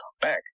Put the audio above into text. back